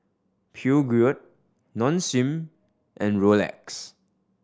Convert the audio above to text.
Peugeot Nong Shim and Rolex